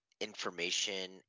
information